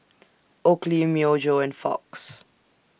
Oakley Myojo and Fox